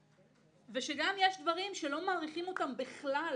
שונים, ושגם יש דברים שלא מעריכים אותם בכלל